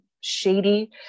shady